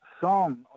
song